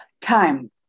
time